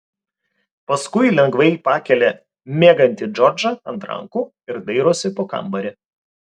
paskui lengvai pakelia miegantį džordžą ant rankų ir dairosi po kambarį